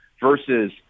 versus